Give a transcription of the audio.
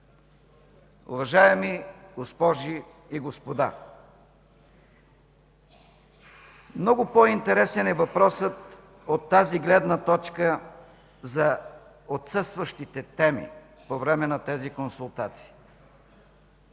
Уважаеми госпожи и господа, много по-интересен е въпросът от тази гледна точка за отсъстващите теми по време на тези консултации.